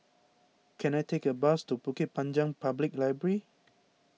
can I take a bus to Bukit Panjang Public Library